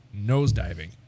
Nosediving